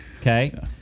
okay